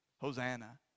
Hosanna